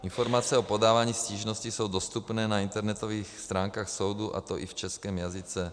Informace o podávání stížností jsou dostupné na internetových stránkách soudu, a to i v českém jazyce.